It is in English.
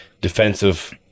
defensive